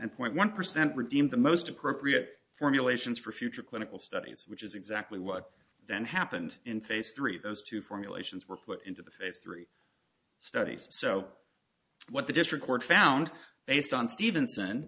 and point one percent redeemed the most appropriate formulations for future clinical studies which is exactly what then happened in phase three those two formulations were put into the face three studies so what the district court found based on steven